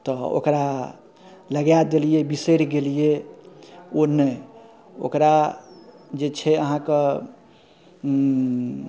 तऽ ओकरा लगाए देलियै बिसरि गेलियै ओ नहि ओकरा जे छै अहाँके